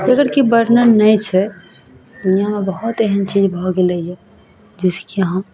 जेकर की बर्णन नहि छै दुनियामे बहुत एहन चीज भऽ गेलैए जैसेकी हम